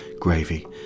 gravy